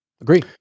Agree